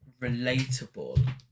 relatable